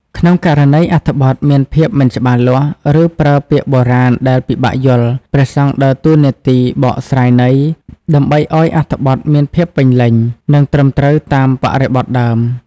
ក្នុងករណីអត្ថបទមានភាពមិនច្បាស់លាស់ ឬប្រើពាក្យបុរាណដែលពិបាកយល់ ព្រះសង្ឃដើរតួនាទីបកស្រាយន័យ ដើម្បីឱ្យអត្ថបទមានភាពពេញលេញ និងត្រឹមត្រូវតាមបរិបទដើម។